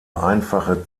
einfache